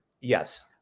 Yes